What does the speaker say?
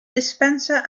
dispenser